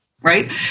right